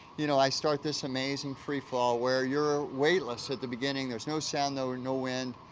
you know, i start this amazing free fall where you're weightless at the beginning. there's no sound, no no wind,